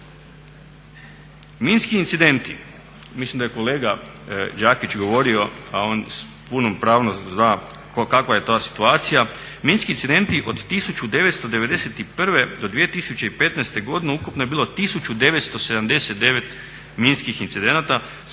Minski incidenti, mislim da je kolega Đakić govorio, a on s punim pravom zna kakva je ta situacija, minski incidenti od 1991. do 2015. godine ukupno je bilo 1979 minskih incidenata